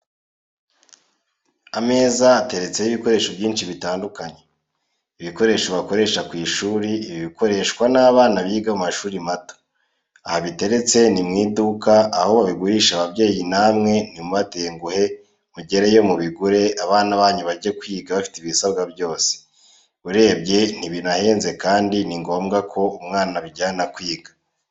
Ameza ateretseho ibikoresho byinshi bitandukanye, ibikoresho bakoresha ku ishuri, ibi bikoreshwa n'abana biga mu mashuri mato, aha biteretse ni mu iduka, aho babigurisha ababyeyi namwe ntimubatenguhe muregeyo mubigure, abana banyu bajye kwiga bafite ibisabwa byose, urebye ntibinahenze kandi ni ngombwa ko umwana abijyana kwiga.